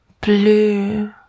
blue